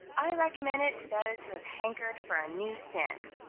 i recommend it to those who have hankered for a new sin.